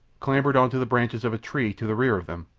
clambered into the branches of a tree to the rear of them,